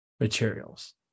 materials